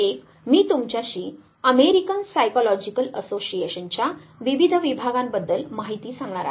एक मी तुमच्याशी अमेरिकन सायकॉलॉजिकल असोसिएशनच्या विविध विभागांबद्दल माहिती सांगणार आहे